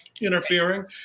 interfering